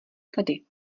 tady